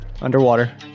Underwater